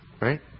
right